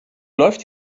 läuft